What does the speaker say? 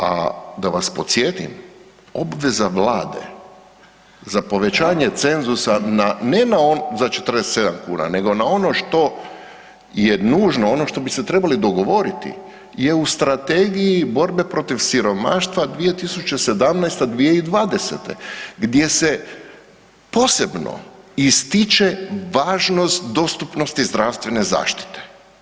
A da vas podsjetim, obveza Vlade za povećanje cenzusa ne na, za 47 kuna, nego na ono što je nužno, ono što bi se trebali dogovoriti je u Strategiji borbe protiv siromaštva 2017.-2020. gdje se posebno ističe važnost dostupnosti zdravstvene zaštite.